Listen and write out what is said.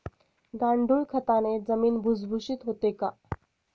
गांडूळ खताने जमीन भुसभुशीत होते का?